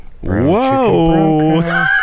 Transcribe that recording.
Whoa